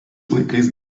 laikais